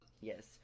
Yes